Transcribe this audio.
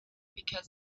because